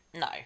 no